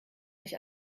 sich